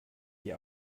die